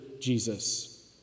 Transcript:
Jesus